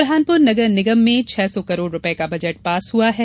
बुरहानपुर नगर निगम में छह सौ करोड़ रुपये का बजट पास हुआ है